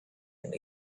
and